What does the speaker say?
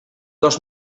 dos